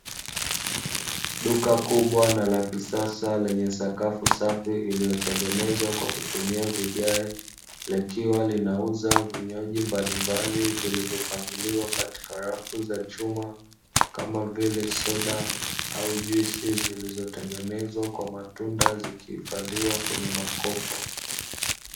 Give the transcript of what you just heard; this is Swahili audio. Duka kubwa na la kisasa lenye sakafu safi iliyotengenezwa kwa kutumia vigae, likiwa linauza vinywaji mbalimbali vilivyopangiliwa katika rafu za chuma kama vile soda au juisi zilizotengenezwa kwa kutumia matunda zikihifadhiwa kwenye makopo.